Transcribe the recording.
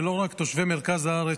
ולא רק תושבי מרכז הארץ,